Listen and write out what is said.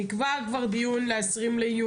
נקבע כבר דיון ל-20.6.